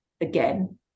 again